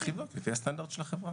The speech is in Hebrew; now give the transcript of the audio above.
צריך לבדוק לפי הסטנדרט של החברה.